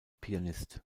pianist